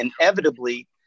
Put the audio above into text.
inevitably